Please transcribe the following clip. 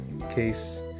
case